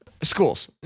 schools